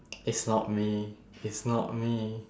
it's not me it's not me